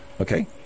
Okay